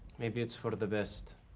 maybe it's for the best.